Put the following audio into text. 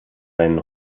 seinen